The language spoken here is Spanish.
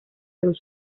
los